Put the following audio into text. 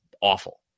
awful